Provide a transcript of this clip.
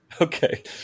Okay